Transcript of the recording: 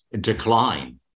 decline